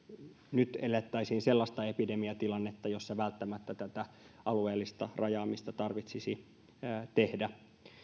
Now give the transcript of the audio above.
nyt elettäisiin sellaista epidemiatilannetta jossa välttämättä tätä alueellista rajaamista tarvitsisi tehdä